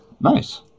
Nice